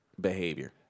behavior